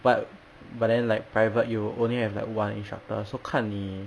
but but then like private you only have like one instructor so 看你